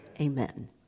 amen